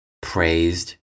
praised